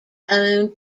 owned